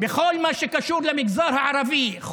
בכל מה שקשור למגזר הערבי,